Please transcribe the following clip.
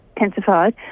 intensified